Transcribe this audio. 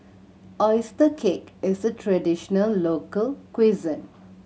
oyster cake is a traditional local cuisine